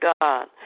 God